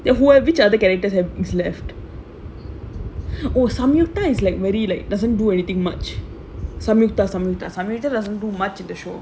the whoever each other characters have left oh samyukta is like very like doesn't do anything much samyukta samyukta samyukta doesn't do much of the show